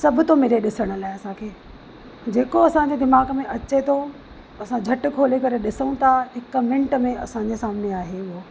सभ थो मिले ॾिसण लाइ असांखे जेको असांजो दिमाग़ में अचे थो असां झटि खोले करे ॾिसूं था हिक मिंट में असांजे सामने आहे इहो